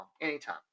anytime